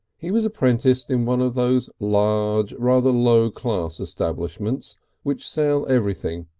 he was apprenticed in one of those large, rather low-class establishments which sell everything,